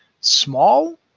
small